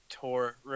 tour